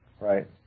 Right